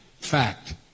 fact